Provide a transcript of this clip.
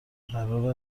قرار